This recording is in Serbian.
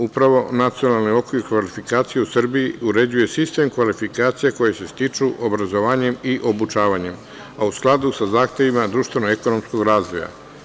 Upravo Nacionalni okvir kvalifikacije u Srbiji uređuje sistem kvalifikacija koje se stiču obrazovanjem i obučavanjem, a u skladu sa zahtevima društveno-ekonomskog razvoja.